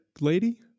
lady